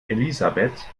elisabeth